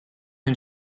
hun